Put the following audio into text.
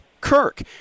Kirk